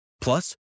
Plus